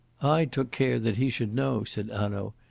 i took care that he should know, said hanaud,